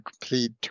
complete